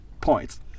points